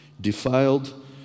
defiled